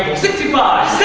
sixty five